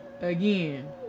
Again